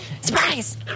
Surprise